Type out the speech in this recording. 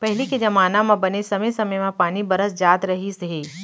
पहिली के जमाना म बने समे समे म पानी बरस जात रहिस हे